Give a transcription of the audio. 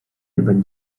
日本